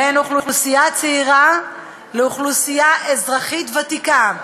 בין אוכלוסייה צעירה לאוכלוסייה אזרחית ותיקה,